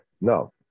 No